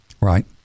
Right